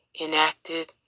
enacted